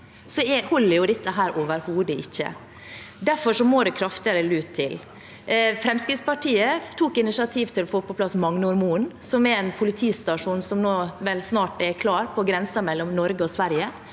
i år, holder det overhodet ikke. Derfor må det kraftigere lut til. Fremskrittspartiet tok initiativ til å få på plass Magnormoen, som er en politistasjon som vel snart er klar, på grensen mellom Norge og Sverige.